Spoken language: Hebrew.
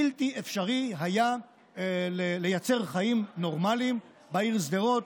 בלתי אפשרי היה לייצר חיים נורמליים בעיר שדרות,